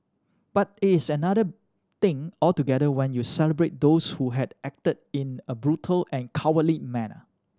but it is another thing altogether when you celebrate those who had acted in a brutal and cowardly manner